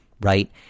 right